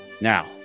Now